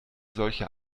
solche